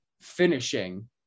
finishing